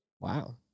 Wow